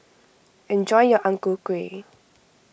enjoy your Ang Ku Kueh